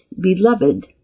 beloved